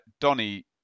Donny